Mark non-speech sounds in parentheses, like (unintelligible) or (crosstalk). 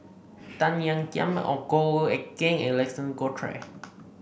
Tan Ean Kiam (unintelligible) Goh Eck Kheng and Alexander Guthrie